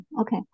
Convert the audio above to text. Okay